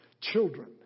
children